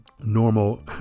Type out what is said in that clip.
normal